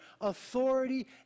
authority